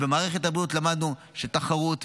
במערכת הבריאות למדנו שתחרות,